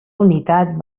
unitat